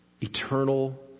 eternal